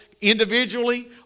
individually